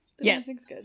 yes